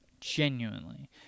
Genuinely